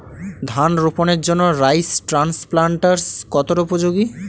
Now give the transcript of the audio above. ধান রোপণের জন্য রাইস ট্রান্সপ্লান্টারস্ কতটা উপযোগী?